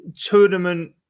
tournament